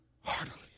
heartily